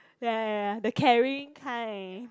ya ya ya ya the caring kind